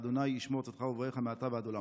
ה' ישמור צאתך ובואך מעתה ועד עולם".